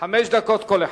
חמש דקות כל אחד.